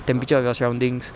temperature of your surroundings